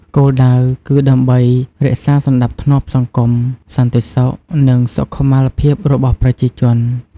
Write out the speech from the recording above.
គោលដៅគឺដើម្បីរក្សាសណ្ដាប់ធ្នាប់សង្គម សន្តិសុខ និងសុខុមាលភាពរបស់ប្រជាជន។